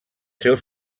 seus